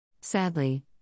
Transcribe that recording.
Sadly